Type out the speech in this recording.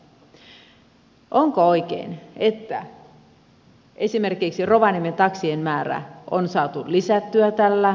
onko oikein että esimerkiksi rovaniemen taksien määrää on saatu lisättyä tällä